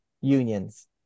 unions